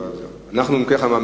חבר הכנסת דני דנון?